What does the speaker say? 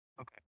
Okay